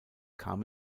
kam